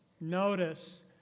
Notice